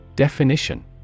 Definition